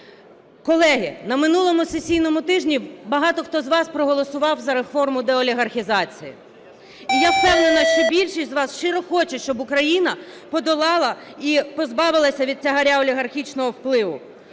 Колеги, на минулому сесійному тижні багато хто з вас проголосував за реформу деолігархізації. І я впевнена, що більшість з вас щиро хочуть, щоб Україна подолала і позбавилася від тягаря олігархічного впливу.